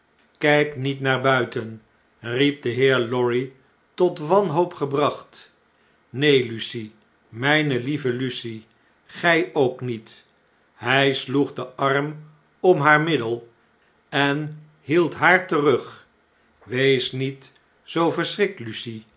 kijk niet naar buiten riep deheer lorry tot wanhoop gebraeht neen lucie mijne lieve lucie gij ook niet hjj sloeg den arm om haar middel en hield haar terug wees niet zoo verschrikt